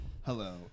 hello